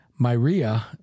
Myria